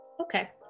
Okay